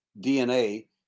DNA